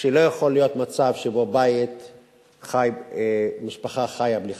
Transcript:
שלא יכול להיות מצב שבו משפחה חיה בלי חשמל.